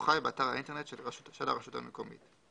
חי באתר האינטרנט של הרשות המקומית.